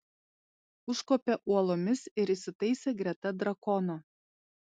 užkopė uolomis ir įsitaisė greta drakono